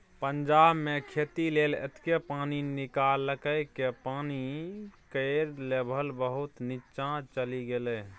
पंजाब मे खेती लेल एतेक पानि निकाललकै कि पानि केर लेभल बहुत नीच्चाँ चलि गेलै